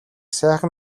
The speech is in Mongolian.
сайхан